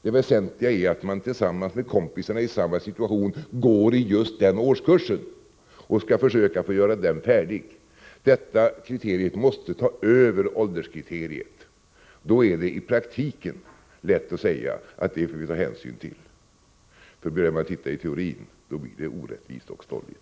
Det väsentliga är att man tillsammans med kompisarna i samma situation går i just den årskursen och skall försöka gå igenom den. Det här kriteriet måste ta över ålderskriteriet. Då är det i praktiken lätt att säga att vi får ta den hänsyn som krävs. Men börjar man titta på teorin, då blir det orättvist och stolligt.